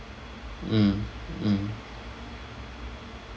mm mm